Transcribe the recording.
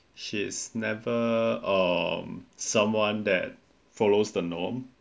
she's never um someone that follows the norm